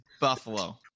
Buffalo